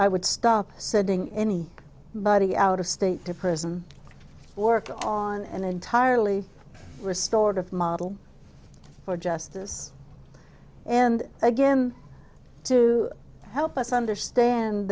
i would stop sending any body out of state to prison work on an entirely restorative model for justice and again to help us understand